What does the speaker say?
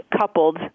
coupled